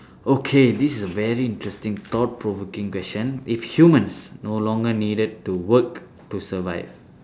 okay this is a very interesting thought provoking question if humans no longer needed to work to survive